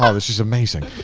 ah this is amazing.